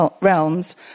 realms